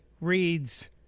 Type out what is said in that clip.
reads